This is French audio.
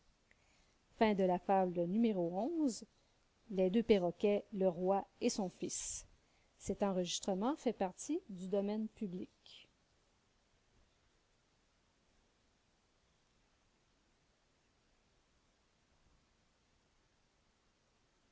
les deux perroquets le roi et son fils